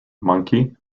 monkey